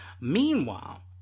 Meanwhile